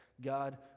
God